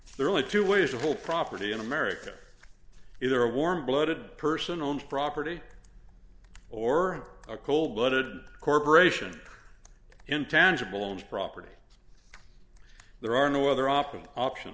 thoroughly to wish the whole property in america either a warm blooded person owns property or a cold blooded corporation intangible owns property there are no other options option